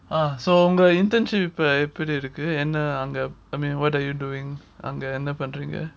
ah so உங்க:unga internship எப்படி இருக்கு:eppadi iruku I mean what are you doing அங்க என்ன பண்றீங்க:anga enna panreenga